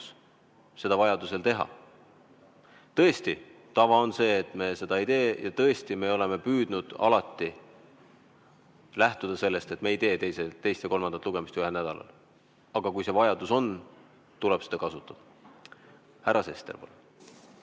seda vajaduse korral teha. Tõesti, tava on see, et me seda ei tee, ja tõesti, me oleme püüdnud alati lähtuda sellest, et me ei tee teist ja kolmandat lugemist ühel nädalal. Aga kui see vajadus on, siis tuleb seda kasutada. Härra Sester, palun!